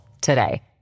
today